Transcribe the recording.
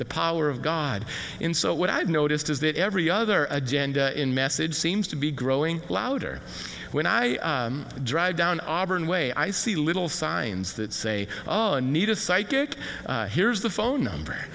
the power of god in so what i've noticed is that every other agenda in message seems to be growing louder when i drive down auburn way i see little signs that say oh i need a psychic here's the phone number